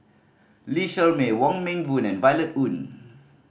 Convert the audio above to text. Lee Shermay Wong Meng Voon and Violet Oon